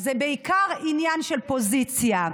זה בעיקר עניין של פוזיציה.